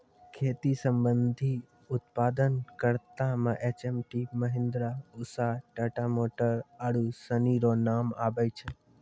खेती संबंधी उप्तादन करता मे एच.एम.टी, महीन्द्रा, उसा, टाटा मोटर आरु सनी रो नाम आबै छै